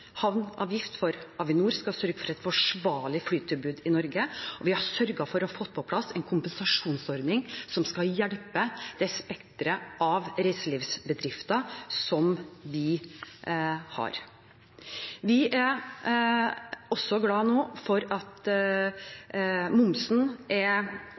for Avinor skal sørge for et forsvarlig flytilbud i Norge – og vi har sørget for å få på plass en kompensasjonsordning som skal hjelpe det spekteret av reiselivsbedrifter vi har. Vi er også glad for at momsen er